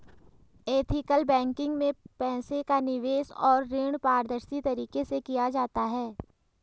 ethical banking में पैसे का निवेश और ऋण पारदर्शी तरीके से किया जाता है